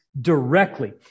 directly